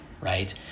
right